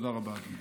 תודה רבה, אדוני.